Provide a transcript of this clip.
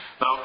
Now